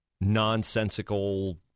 nonsensical